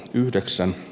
yhdeksän